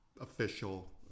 official